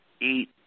eat